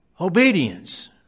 Obedience